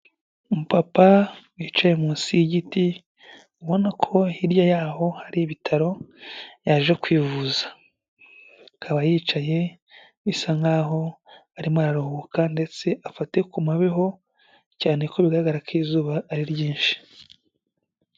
Umupapa wicaye munsi y'igiti, ubona ko hirya y'aho hari ibitaro yaje kwivuza, akaba yicaye bisa nk'aho arimo araruhuka, ndetse afate ku mabeho, cyane ko bigaragara ko izuba ari ryinshi.